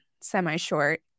semi-short